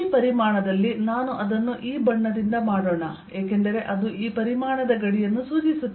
ಈ ಪರಿಮಾಣದಲ್ಲಿ ನಾನು ಅದನ್ನು ಈ ಬಣ್ಣದಿಂದ ಮಾಡೋಣ ಏಕೆಂದರೆ ಅದು ಈ ಪರಿಮಾಣದ ಗಡಿಯನ್ನು ಸೂಚಿಸುತ್ತದೆ